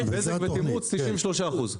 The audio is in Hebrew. בזק ותמרוץ 93 אחוזים.